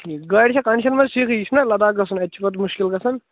ٹھیٖک گأڑۍ چھا کنٛڈیشن منٛز ٹھیٖکھٕے یہِ چھُنا لداخ گژھُن اَتہِ چھُ پتہٕ مُشکِل گژھان